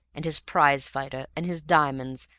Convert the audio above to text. and his prize-fighter, and his diamonds,